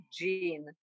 Gene